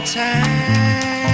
time